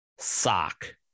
sock